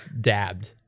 dabbed